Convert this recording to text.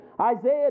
Isaiah